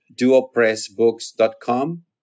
duopressbooks.com